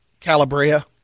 Calabria